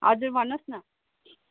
हजुर भन्नुहोस् न